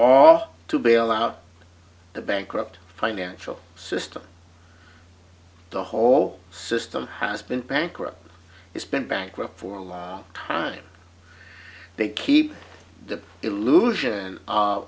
all to bail out the bankrupt financial system the whole system has been bankrupt it's been bankrupt for a long time they keep the illusion